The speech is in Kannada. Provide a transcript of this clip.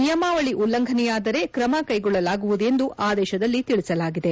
ನಿಯಮಾವಳಿ ಉಲ್ಲಂಘನೆಯಾದರೆ ್ರಮವನ್ನು ಕೈಗೊಳ್ಳಲಾಗುವುದು ಎಂದು ಆದೇತದಲ್ಲಿ ತಿಳಿಸಲಾಗಿದೆ